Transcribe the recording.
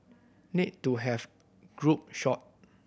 need to have group shot